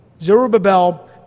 Zerubbabel